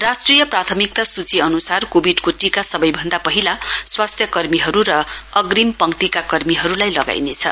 राष्ट्रिय प्राथमिक्ता सूची अन्सार कोविडको टीका सबैभन्दा पहिला स्वास्थ्य कर्मीहरू र अग्रिम पंक्तिका कर्मीहरूलाई लगाइनेछ